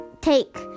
take